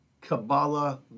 Kabbalah